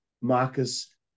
Marcus